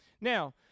Now